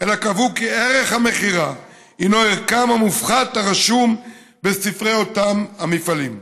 אלא קבעו כי ערך המכירה הוא ערכם המופחת הרשום בספרי אותם המפעלים.